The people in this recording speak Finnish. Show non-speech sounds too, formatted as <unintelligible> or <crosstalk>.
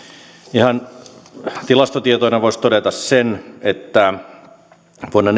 ihan tilastotietoina voisi todeta sen että vuonna <unintelligible>